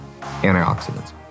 antioxidants